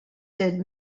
did